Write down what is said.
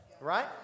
Right